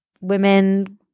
women